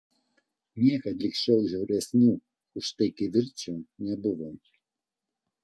niekad lig šiol žiauresnių už tai kivirčų nebuvo